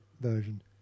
version